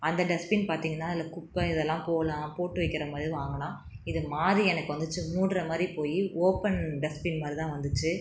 அந்த டஸ்ட்பின் பார்த்திங்கனா அதில் குப்பை இதலாம் போடலாம் போட்டு வைக்கிற மாதிரி வாங்கினா இது மாதிரி எனக்கு வந்துச்சு மூடுகிற மாதிரி போய் ஓப்பன் டஸ்ட்பின் மாதிரி தான் வந்துச்சு